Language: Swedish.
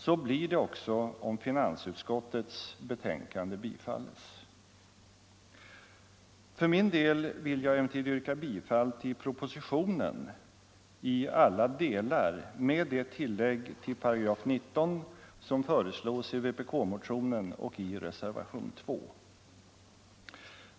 Så blir det För min del vill jag emellertid yrka bifall till propositionen i alla delar med det tillägg till 19 § som föreslås i vpk-motionen och i reservationen 2.